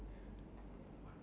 what food